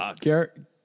Garrett